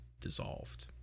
dissolved